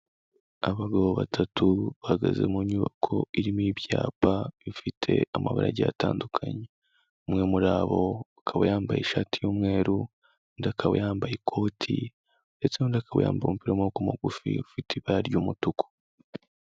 Abagabo batatu bahagaze mu nyubako, irimo ibyapa bifite amabara agiye atandukanye, umwe muri bo akaba yambaye ishati y'umweru, undi akaba yambaye ikoti ndetse n'undi akaba yambaye umupira w'amaboko magufi, ufite ibara ry'umutuku.